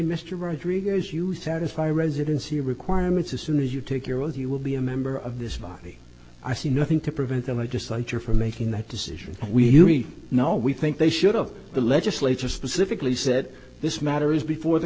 mr rodriguez you satisfy residency requirements as soon as you take your oath you will be a member of this body i see nothing to prevent the legislature for making that decision we you know we think they should of the legislature specifically said this matter is before the